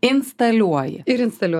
instaliuoji ir instaliuoti